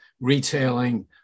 retailing